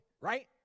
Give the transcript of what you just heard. right